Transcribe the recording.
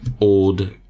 old